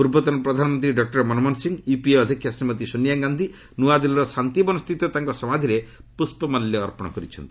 ପୂର୍ବତନ ପ୍ରଧାନମନ୍ତ୍ରୀ doctor Manmohan Singh UPA ଅଧ୍ୟକ୍ଷା ଶ୍ରୀମତୀ ସୋନିଆ ଗାନ୍ଧୀ ନୂଆଦିଲ୍ଲୀର ଶାନ୍ତିବନସ୍ଥିତ ତାଙ୍କ ସମାଧୀରେ ପୁଷ୍ପମାଲ୍ୟ ଅର୍ପଣ କରିଛନ୍ତି